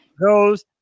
goes